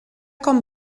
com